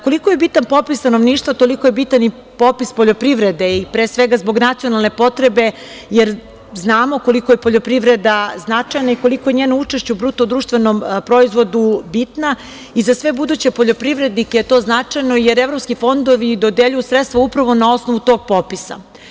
Koliko je bitan popis stanovništva, toliko je bitan i popis poljoprivrede i pre svega zbog nacionalne potrebe jer znamo koliko je poljoprivreda značajna i koliko je njeno učešće u BDP bitno i za sve buduće poljoprivrednike je to značajno jer evropski fondovi dodeljuju sredstva upravo na osnovu tog popisa.